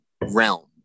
realm